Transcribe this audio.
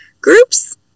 groups